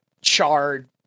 charred